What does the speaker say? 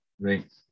Right